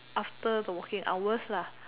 after the working hours